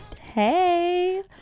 Hey